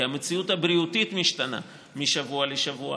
כי המציאות הבריאותית משתנה משבוע לשבוע,